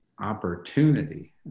opportunity